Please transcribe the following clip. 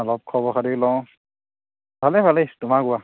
অলপ খবৰ খাতি লওঁ ভালেই ভালেই তোমাৰ কোৱা